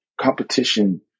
competition